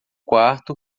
quarto